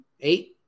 eight